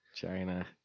China